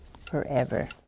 forever